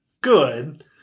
good